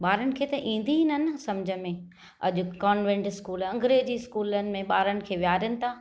ॿारनि खे त ईंदी ई न न सम्झि में अॼु कॉनवेंट स्कूल अंग्रेजी स्कूलनि में ॿारनि खे विहारीनि था